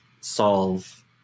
solve